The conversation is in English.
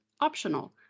optional